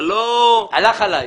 הלך עלי.